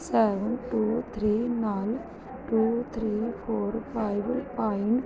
seven two three ਨਾਲ two three four five pine